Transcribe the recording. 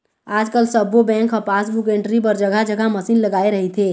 आजकाल सब्बो बेंक ह पासबुक एंटरी बर जघा जघा मसीन लगाए रहिथे